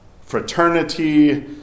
fraternity